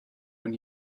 when